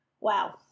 Wow